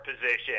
position